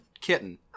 kitten